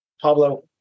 Pablo